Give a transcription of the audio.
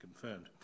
confirmed